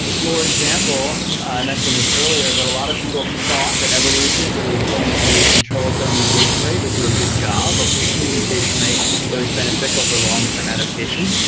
for example, i mentioned this earlier, but a lot of people thought that evolution, if it was going to control its own mutation rate, would do a good job of picking a mutation rate that was beneficial for long term adaptation,